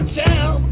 tell